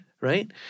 right